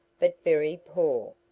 but very poor.